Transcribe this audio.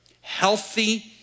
Healthy